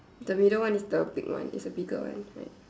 the middle one is the big one it's a bigger one right